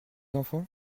enfants